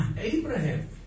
Abraham